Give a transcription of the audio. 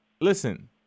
listen